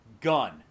gun